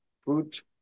fruit